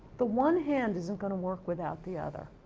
the one hand isn't going to work without the other.